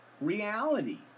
reality